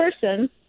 person